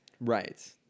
Right